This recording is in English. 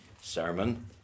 sermon